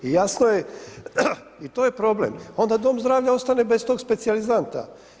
I jasno je i to je problem, onda dom zdravlja ostane bez tog specijalizanta.